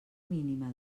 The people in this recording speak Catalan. mínima